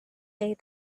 day